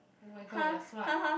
oh my god you are smart